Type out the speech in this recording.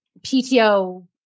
PTO